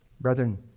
Brethren